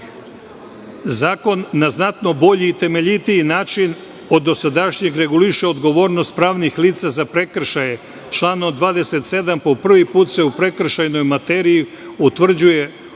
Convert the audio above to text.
kazni. Zakon na znatno bolji i temeljitiji način od dosadašnjeg, reguliše odgovornost pravnih lica za prekršaje. Član od 27, po prvi put se u prekršajnoj materiji utvrđuje